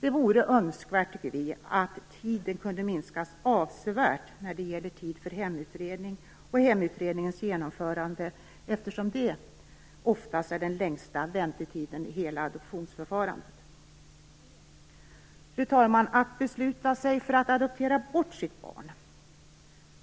Det vore önskvärt att tiden kunde minskas avsevärt när det gäller tid för hemutredningens genomförande, eftersom det oftast är den längsta väntetiden i hela adoptionsförfarandet. Fru talman! Att besluta sig för att adoptera bort sitt barn